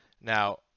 Now